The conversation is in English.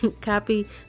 Copy